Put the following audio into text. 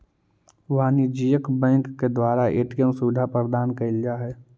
वाणिज्यिक बैंक के द्वारा ए.टी.एम सुविधा प्रदान कैल जा हइ